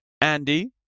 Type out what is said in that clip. Andy